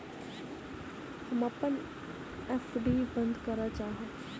हम अपन एफ.डी बंद करय चाहब